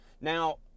Now